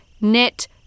net